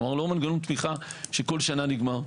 כלומר לא מנגנון תמיכה שבכל שנה נגמר.